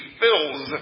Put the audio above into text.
fills